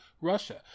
russia